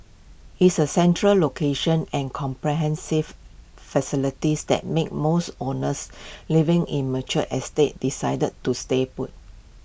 is the central location and comprehensive facilities that make most owners living in mature estates decide to stay put